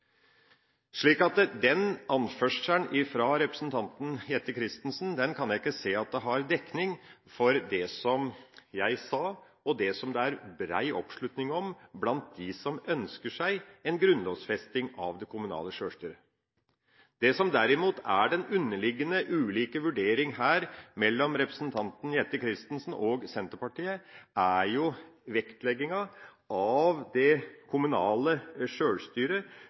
Den anførselen fra representanten Jette F. Christensen kan jeg ikke se at har dekning for det som jeg sa, og det som det er brei oppslutning om blant dem som ønsker seg en grunnlovfesting av det kommunale sjølstyret. Det som derimot er den underliggende ulike vurdering her mellom representanten Jette F. Christensen og Senterpartiet, er jo vektlegginga av det kommunale sjølstyret